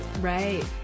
Right